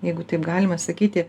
jeigu taip galima sakyti